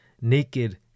naked